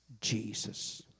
Jesus